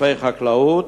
עודפי חקלאות?